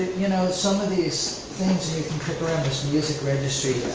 you know some of these things, and you can click around this music registry.